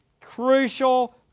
crucial